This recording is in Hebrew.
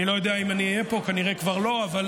אני לא יודע אם אני אהיה פה, כנראה כבר לא, אבל